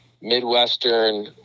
Midwestern